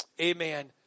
Amen